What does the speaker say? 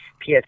PS